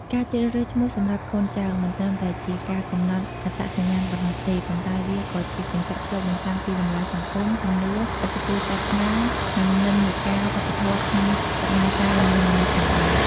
ការជ្រើសរើសឈ្មោះសម្រាប់កូនចៅ មិនត្រឹមតែជាការកំណត់អត្តសញ្ញាណប៉ុណ្ណោះទេ ប៉ុន្តែវាក៏ជាកញ្ចក់ឆ្លុះបញ្ចាំងពីតម្លៃសង្គម ជំនឿ ឥទ្ធិពលសាសនា និងនិន្នាការវប្បធម៌ក្នុងសម័យកាលនីមួយៗផងដែរ។